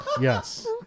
Yes